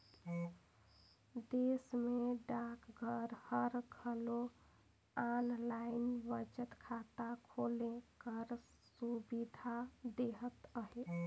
देस में डाकघर हर घलो आनलाईन बचत खाता खोले कर सुबिधा देहत अहे